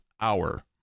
hour